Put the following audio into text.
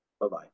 Bye-bye